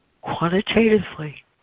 quantitatively